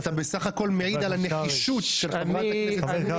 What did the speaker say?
אתה בסך הכול מעיד על הנחישות של חברת הכנסת סטרוק.